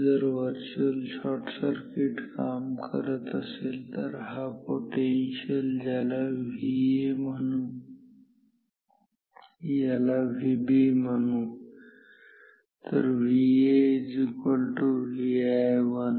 जर virtual short circuit काम करत असेल तर हा पोटेन्शियलज्याला VA म्हणू याला VB म्हणू तर V A Vi1